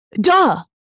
Duh